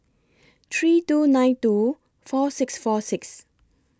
three two nine two four six four six